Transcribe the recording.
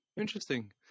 interesting